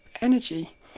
energy